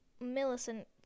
millicent